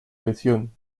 lesión